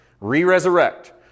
re-resurrect